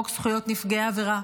את חוק זכויות נפגעי עבירה.